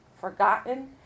forgotten